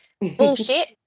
Bullshit